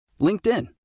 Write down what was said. LinkedIn